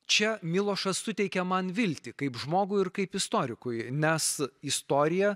čia milošas suteikia man viltį kaip žmogui ir kaip istorikui nes istorija